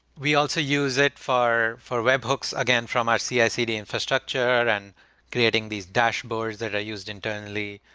we also use it for for webhooks, again, from our cicd infrastructure and creating these dashboards that are used internally.